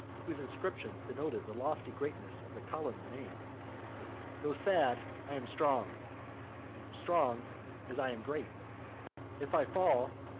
whose inscriptions denoted the lofty greatness of the colonna name though sad, i am strong strong as i am great if i fall,